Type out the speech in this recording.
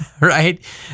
right